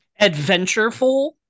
Adventureful